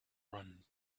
run